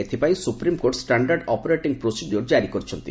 ଏଥିପାଇଁ supreme court standard operating procedure ଜାରି କରିଛନ୍ତି